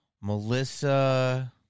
Melissa